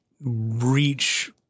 reach